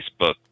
Facebook